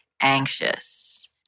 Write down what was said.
anxious